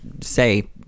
say